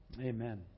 Amen